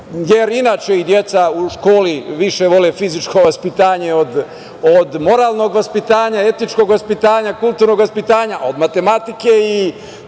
Inače, i deca u školi više vole fizičko vaspitanje od moralnog vaspitanja, etičkog vaspitanja, kulturnog vaspitanja, od matematike i